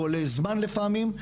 הוא עולה זמן לפעמים,